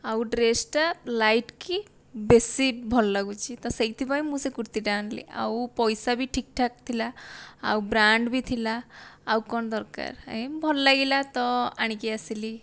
ଆଉ ଡ୍ରେସଟା ଲାଇଟକି ବେଶୀ ଭଲ ଲାଗୁଛି ତ ସେଇଥିପାଇଁ ମୁଁ ସେ କୁର୍ତ୍ତୀ ଟା ଆଣିଲି ଆଉ ପଇସା ବି ଠିକ ଠାକ ଥିଲା ଆଉ ବ୍ରାଣ୍ଡ ବି ଥିଲା ଆଉ କଣ ଦରକାର ଏଇ ଭଲ ଲାଗିଲା ତ ଆଣିକି ଆସିଲି